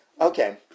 okay